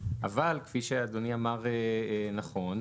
אבל כפי שאדוני אמר נכון,